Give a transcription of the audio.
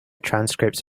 transcripts